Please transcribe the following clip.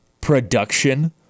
production